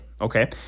Okay